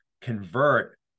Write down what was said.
convert